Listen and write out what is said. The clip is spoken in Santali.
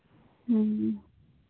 ᱦᱮᱸ